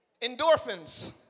Endorphins